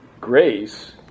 grace